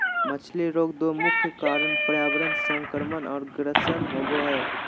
मछली रोग दो मुख्य कारण पर्यावरण संक्रमण और ग्रसन होबे हइ